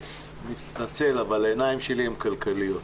אני מתנצל, אבל העיניים שלי הן כלכליות.